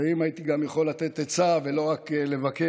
ואם הייתי גם יכול לתת עצה ולא רק לבקר,